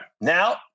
Now